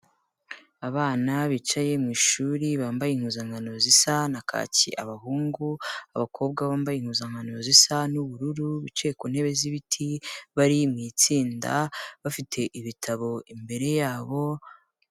Abana bicaye mu ishuri bambaye impuzankano zisa na kaki, abahungu, abakobwa bo bambaye impuzankano zisa n'ubururu, bicaye ku ntebe z'ibiti, bari mu itsinda, bafite ibitabo imbere yabo